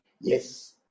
Yes